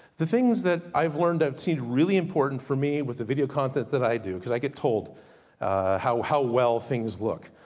the things that i've learned, that seemed really important for me, with the video content that i do, cause i get told how how well things look.